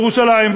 ירושלים,